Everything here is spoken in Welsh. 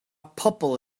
pobol